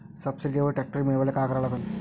सबसिडीवर ट्रॅक्टर मिळवायले का करा लागन?